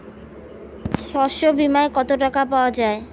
শস্য বিমায় কত টাকা পাওয়া যায়?